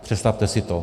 Představte si to.